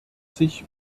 sich